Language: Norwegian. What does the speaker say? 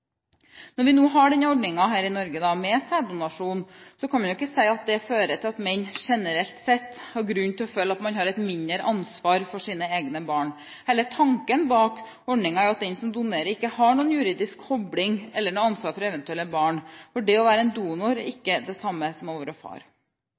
Når vi nå har denne ordningen med sæddonasjon i Norge, kan man ikke si at det fører til at menn – generelt sett – har grunn til å føle mindre ansvar for sine egne barn. Hele tanken bak ordningen er jo at den som donerer, ikke har noen juridisk kobling til eller noe ansvar for eventuelle barn, for det å være en donor